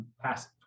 past